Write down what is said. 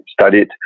studied